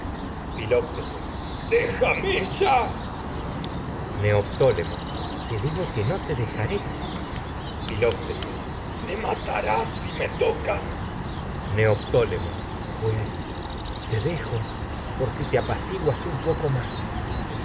ya déjame neoptólemo filoctetes te digo que si no te dejaré tocas me matarás me neoptólemo pues te dejo por si te apaciguas un poco más